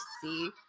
see